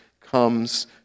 comes